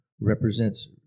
represents